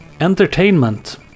entertainment